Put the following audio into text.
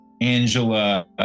Angela